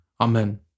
Amen